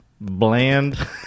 bland